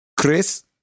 Chris